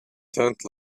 tent